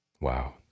Wow